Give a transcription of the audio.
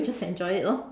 just enjoy it lor